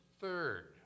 third